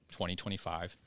2025